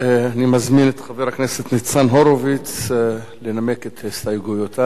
אני מזמין את חבר הכנסת ניצן הורוביץ לנמק את הסתייגויותיו